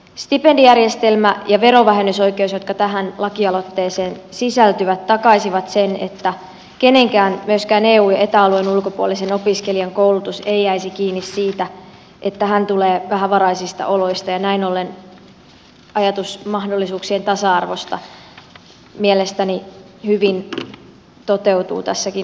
stipendijärjestelmä ja verovähennysoikeus jotka tähän lakialoitteeseen sisältyvät takaisivat sen että kenenkään myöskään eu ja eta alueen ulkopuolisen opiskelijan koulutus ei jäisi kiinni siitä että tulee vähävaraisista oloista ja näin ollen ajatus mahdollisuuksien tasa arvosta mielestäni hyvin toteutuu tässäkin lakialoitteessa